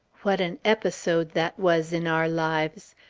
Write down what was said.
what an episode that was, in our lives!